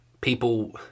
people